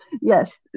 Yes